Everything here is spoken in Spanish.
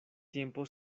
tiempo